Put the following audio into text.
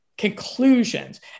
conclusions